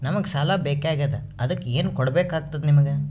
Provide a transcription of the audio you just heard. ನಮಗ ಸಾಲ ಬೇಕಾಗ್ಯದ ಅದಕ್ಕ ಏನು ಕೊಡಬೇಕಾಗ್ತದ ನಿಮಗೆ?